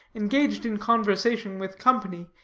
engaged in conversation with company,